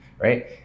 right